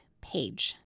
page